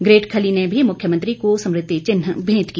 great Khali ने भी मुख्यमंत्री को स्मृति चिन्ह भेंट किया